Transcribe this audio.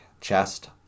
chest